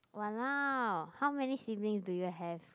!walao! how many siblings do you have